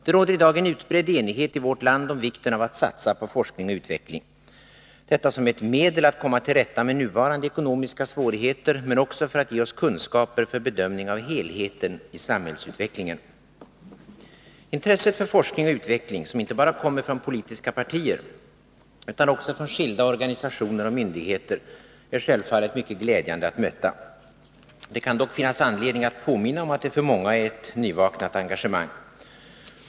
Det råder i dag en utbredd enighet i vårt land om vikten av att satsa på forskning och utveckling, detta som ett medel att komma till rätta med nuvarande ekonomiska svårigheter, men också för att ge oss kunskaper för bedömning av helheten i samhällsutvecklingen. Intresset för forskning och utveckling, som inte bara kommer från politiska partier, utan också från skilda organisationer och myndigheter, är självfallet mycket glädjande att möta. Det kan dock finnas anledning att påminna om att det för många är ett nyvaknat engagemang.